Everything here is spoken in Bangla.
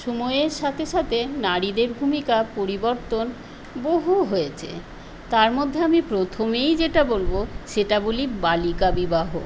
সময়ের সাথে সাথে নারীদের ভূমিকা পরিবর্তন বহু হয়েছে তার মধ্যে আমি প্রথমেই যেটা বলব সেটা বলি বালিকা বিবাহ